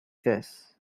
this